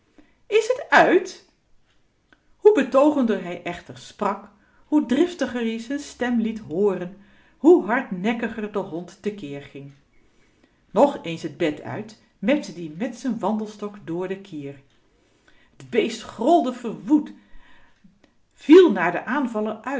is t uit hoe betoogender hij echter sprak hoe driftiger ie z'n stem liet booren hoe hardnekkiger de hond tekeer ging nog eens t bed uit mep z'n wandelstok door den kier t beest grolde verwoed viel teim naar den